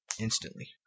Instantly